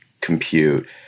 compute